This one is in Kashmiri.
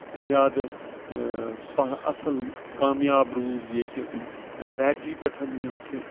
زیادٕ پَہہ اَصٕل کامیاب روٗز ییٚتہِ بیٹری پٮ۪ٹھ یِم چھِ